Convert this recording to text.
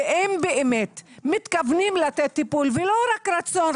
והם באמת מתכוונים לתת טיפול ולא רק רצון.